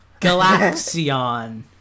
Galaxion